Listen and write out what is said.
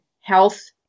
health